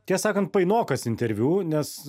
tiesą sakant painokas interviu nes